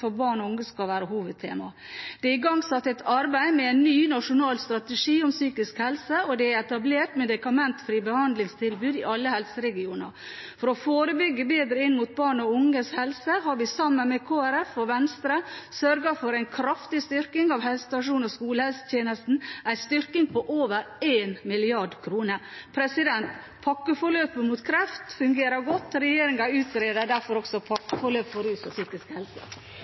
for barn og unge skal være hovedtema. Det er igangsatt et arbeid med en ny nasjonal strategi om psykisk helse, og det er etablert medikamentfrie behandlingstilbud i alle helseregionene. For å forebygge bedre når det gjelder barn og unges helse, har vi, sammen med Kristelig Folkeparti og Venstre, sørget for en kraftig styrking av helsestasjons- og skolehelsetjenesten – en styrking på over 1 mrd. kr. Pakkeforløpet for kreft fungerer godt. Regjeringen utreder derfor også pakkeforløp for rus og psykisk helse.